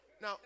Now